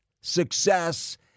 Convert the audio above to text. success